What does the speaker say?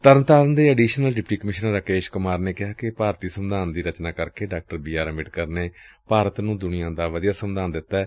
ਤਰਨਤਾਰਨ ਦੇ additional deputy commissioner Rakesh Kumar ਨੇ ਕਿਹਾ ਕਿ ਭਾਰਤੀ ਸੰਵਿਧਾਨ ਦੀ ਰਚਨਾ ਕਰਕੇ ਡਾ ਬੀਆਰ ਅੰਬਦੇਕਰ ਨੇ ਭਾਰਤ ਨੂੰ ਦੁਨੀਆ ਦਾ ਵਧੀਆ ਸੰਵਿਧਾਨ ਦਿੱਤੈ